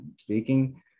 speaking